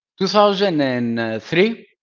2003